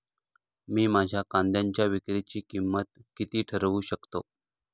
मी माझ्या कांद्यांच्या विक्रीची किंमत किती ठरवू शकतो?